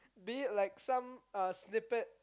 be it like some uh snippet